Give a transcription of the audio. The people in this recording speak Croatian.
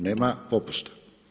Nema popusta.